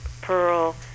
Pearl